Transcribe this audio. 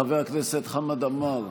חבר הכנסת חמד עמאר,